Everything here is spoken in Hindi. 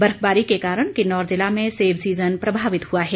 बर्फबारी के कारण किन्नौर ज़िला में सेब सीज़न प्रभावित हुआ है